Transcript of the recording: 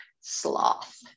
sloth